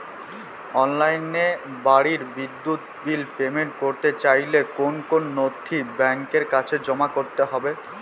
অনলাইনে বাড়ির বিদ্যুৎ বিল পেমেন্ট করতে চাইলে কোন কোন নথি ব্যাংকের কাছে জমা করতে হবে?